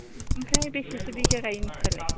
ओमफ्राय बेसेसो बिगा गायो नोंस्रालाय